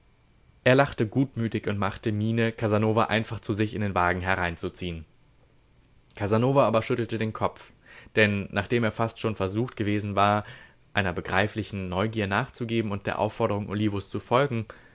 er lachte gutmütig und machte miene casanova einfach zu sich in den wagen hereinzuziehen casanova aber schüttelte den kopf denn nachdem er fast schon versucht gewesen war einer begreiflichen neugier nachzugeben und der aufforderung olivos zu folgen